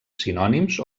sinònims